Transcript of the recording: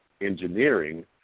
engineering